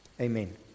Amen